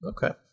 Okay